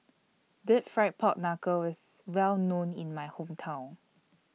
Deep Fried Pork Knuckle IS Well known in My Hometown